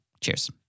Cheers